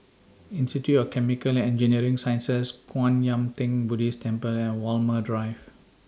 Institute of Chemical and Engineering Sciences Kwan Yam Theng Buddhist Temple and Walmer Drive